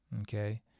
Okay